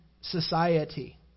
society